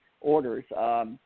Orders